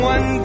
One